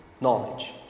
knowledge